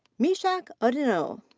meshack odenyo.